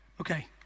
Okay